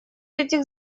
этих